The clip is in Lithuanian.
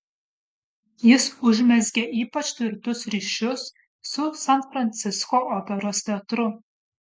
jis užmezgė ypač tvirtus ryšius su san francisko operos teatru